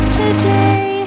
today